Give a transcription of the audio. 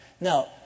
Now